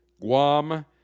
Guam